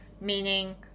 meaning